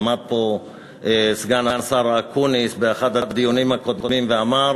עמד פה סגן השר אקוניס באחד הדיונים הקודמים ואמר